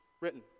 written